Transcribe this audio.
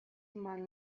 man